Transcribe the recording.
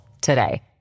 today